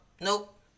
Nope